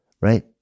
right